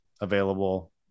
available